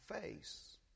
face